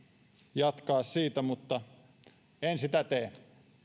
jatkaa siitä mutta en sitä tee